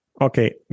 Okay